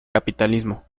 capitalismo